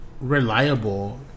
reliable